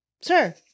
sir